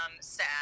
sad